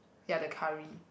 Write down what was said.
ya the curry